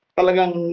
talagang